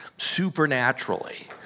Supernaturally